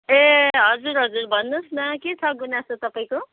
ए हजुर हजुर भन्नुहोस् न के छ गुनासो तपाईँको